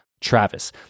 Travis